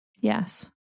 Yes